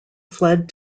fled